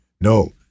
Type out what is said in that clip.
No